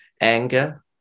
anger